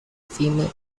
female